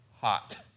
hot